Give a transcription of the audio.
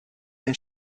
ein